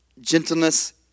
Gentleness